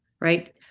right